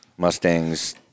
Mustangs